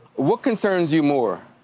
what concerns you more?